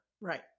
Right